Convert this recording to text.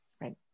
right